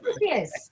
Yes